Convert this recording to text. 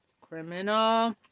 criminal